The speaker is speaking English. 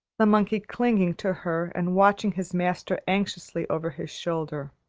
the monkey clinging to her and watching his master anxiously over his shoulder.